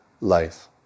life